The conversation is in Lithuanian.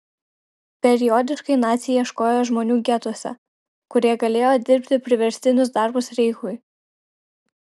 periodiškai naciai ieškojo žmonių getuose kurie galėjo dirbti priverstinius darbus reichui